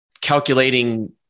calculating